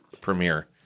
premiere